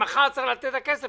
מפני שמחר צריך לתת את הכסף,